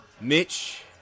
Mitch